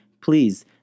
please